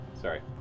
Sorry